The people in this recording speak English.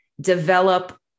develop